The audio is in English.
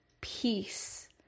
peace